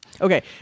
Okay